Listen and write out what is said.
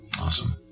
awesome